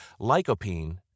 Lycopene